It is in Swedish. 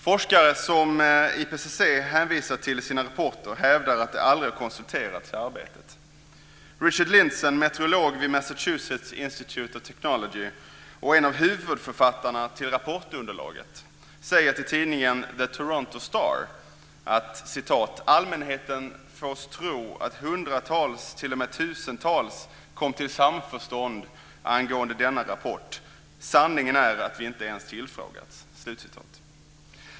Forskare som IPCC har hänvisat till i sina rapporter hävdar att de aldrig konsulterats i arbetet. Richard Lindzen, meteorlog vid Massachusetts Institute of Technology och en av huvudförfattarna till rapportunderlaget, säger till tidningen The Toronto Star: Allmänheten fås att tro att hundratals, t.o.m. tusentals, kom till samförstånd angående rapporten. Sanningen är att vi inte ens tillfrågats.